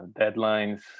deadlines